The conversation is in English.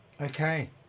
Okay